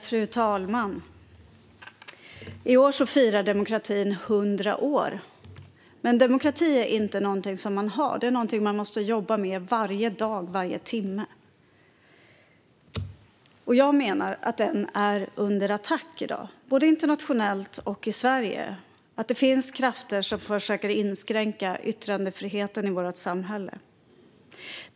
Fru talman! I år firar demokratin 100 år. Men demokrati är inte någonting som man har. Det är någonting som man måste jobba med varje dag, varje timme. Och jag menar att den är under attack i dag, både internationellt och i Sverige, att det finns krafter som försöker inskränka yttrandefriheten i vårt samhälle.